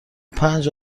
پنج